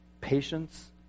patience